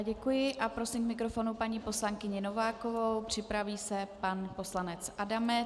Děkuji a prosím k mikrofonu paní poslankyni Novákovou, připraví se pan poslanec Adamec.